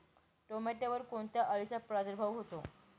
टोमॅटोवर कोणत्या अळीचा प्रादुर्भाव होतो?